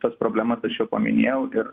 tas problemas aš jau paminėjau ir